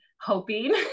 hoping